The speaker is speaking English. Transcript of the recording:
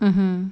(uh huh)